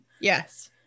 Yes